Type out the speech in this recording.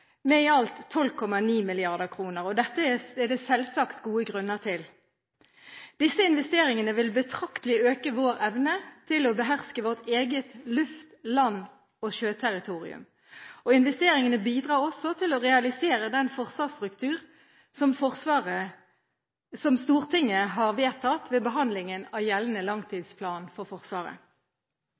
med i alt 12,9 mrd. kr. Dette er det selvsagt gode grunner til. Disse investeringene vil betraktelig øke vår evne til å beherske vårt eget luft-, land- og sjøterritorium. Investeringene bidrar også til å realisere den forsvarsstruktur som Stortinget har vedtatt ved behandlingen av gjeldende langtidsplan for Forsvaret.